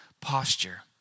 posture